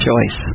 choice